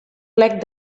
plec